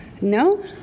No